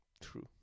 True